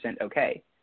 okay